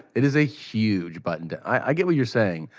it is a huge button-down. i get what you're saying.